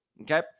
Okay